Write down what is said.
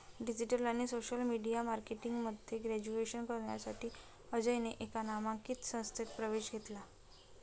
digital आणि social media marketing मध्ये graduation करण्यासाठी अजयने एका नामांकित संस्थेत प्रवेश घेतला